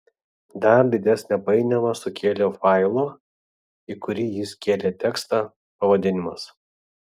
dar didesnę painiavą sukėlė failo į kurį jis kėlė tekstą pavadinimas